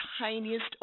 tiniest